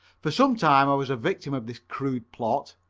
for some time i was a victim of this crude plot.